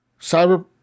Cyber